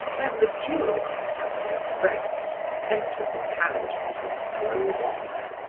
then the duelists and their friends entered the carriages and drove off.